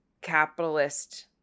capitalist